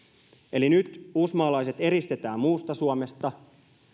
eli nyt kun uusmaalaiset eristetään muusta suomesta